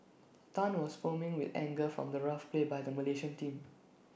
Tan was foaming with anger from the rough play by the Malaysian team